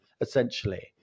essentially